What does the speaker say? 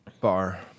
bar